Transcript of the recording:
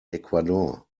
ecuador